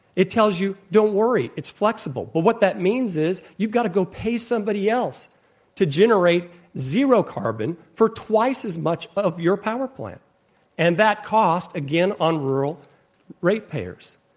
it tells you, don't worry. it's flexible. but what that means is you've got to go pay somebody else to generate zero carbon for twice as much of your power plant and that cost, again, on rural rate payers.